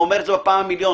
ואומר את זה בפעם המיליון